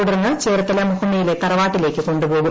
തുടർന്ന് ചേർത്തല മുഹമ്മയിലെ തറവാട്ടിലേക്ക് കൊണ്ടുപോകും